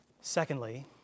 secondly